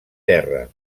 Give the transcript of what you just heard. terra